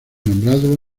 nombrado